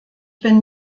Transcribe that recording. bin